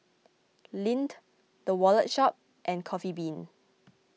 Lindt the Wallet Shop and Coffee Bean